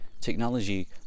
Technology